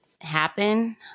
happen